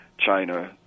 China